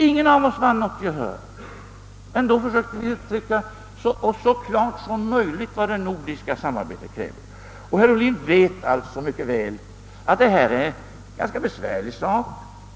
Ingen av oss vann något gehör och ändå försökte vi uttrycka oss så klart som möjligt om vad det nordiska samarbetet kräver. Herr Ohlin vet alltså mycket väl att detta är en ganska besvärlig sak.